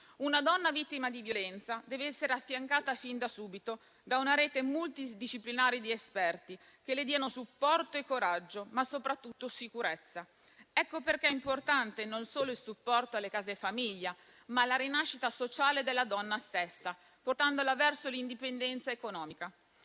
Una donna vittima di violenza deve essere affiancata fin da subito da una rete multidisciplinare di esperti che le diano supporto e coraggio, ma soprattutto sicurezza. Ecco perché è importante non solo il supporto alle case-famiglia, ma la rinascita sociale della donna stessa, portandola verso l'indipendenza economica.